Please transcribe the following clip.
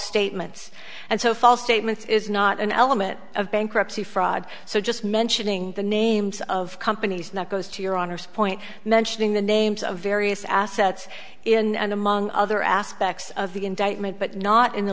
statements and so false statements is not an element of bankruptcy fraud so just mentioning the names of companies now goes to your honor's point mentioning the names of various assets and among other aspects of the indictment but not in the